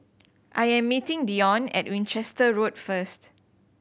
I am meeting Dione at Winchester Road first